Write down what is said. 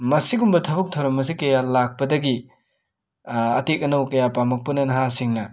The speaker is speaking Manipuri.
ꯃꯁꯤꯒꯨꯝꯕ ꯊꯕꯛ ꯊꯧꯔꯝ ꯑꯁꯤ ꯀꯌꯥ ꯂꯥꯛꯄꯗꯒꯤ ꯑꯇꯦꯛ ꯑꯅꯧ ꯀꯌꯥ ꯄꯥꯝꯂꯛꯄꯅ ꯅꯍꯥꯁꯤꯡꯅ